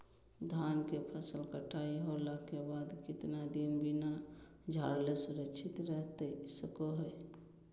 धान के फसल कटाई होला के बाद कितना दिन बिना झाड़ले सुरक्षित रहतई सको हय?